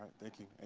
thank you.